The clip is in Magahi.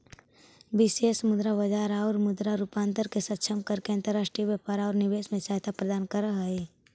विदेश मुद्रा बाजार मुद्रा रूपांतरण के सक्षम करके अंतर्राष्ट्रीय व्यापार औउर निवेश में सहायता प्रदान करऽ हई